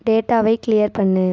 டேட்டாவை க்ளியர் பண்ணு